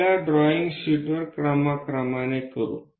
आपल्या ड्रॉईंग शीटवर क्रमाक्रमाने करू